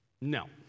No